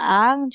ang